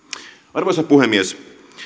arvoisa puhemies